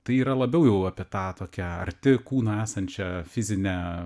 tai yra labiau jau apie tą tokią arti kūno esančią fizinę